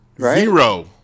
Zero